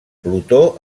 plutó